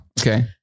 okay